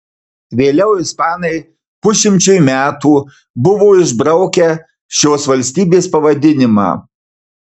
vėliau ispanai pusšimčiui metų buvo išbraukę šios valstybės pavadinimą